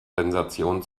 sensation